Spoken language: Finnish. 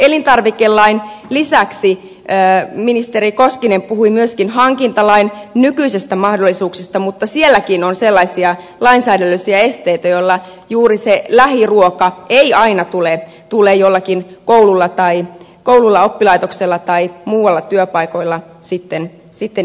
elintarvikelain lisäksi ministeri koskinen puhui myöskin hankintalain nykyisistä mahdollisuuksista mutta sielläkin on sellaisia lainsäädännöllisiä esteitä joilla juuri sitä lähiruokaa ei aina tule jollakin koululla oppilaitoksella tai työpaikoilla sitten edistettyä